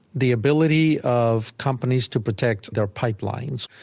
the ability of companies to protect their pipelines